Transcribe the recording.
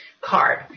card